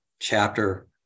chapter